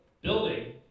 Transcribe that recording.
building